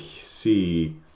see